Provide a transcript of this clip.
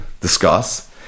discuss